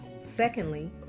Secondly